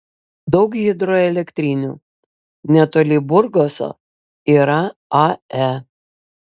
daug hidroelektrinių netoli burgoso yra ae